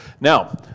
Now